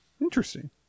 Interesting